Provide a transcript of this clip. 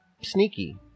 Sneaky